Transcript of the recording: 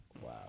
Wow